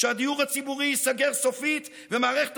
מניחים לעצמאים ולעסקים